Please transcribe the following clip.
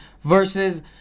versus